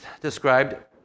described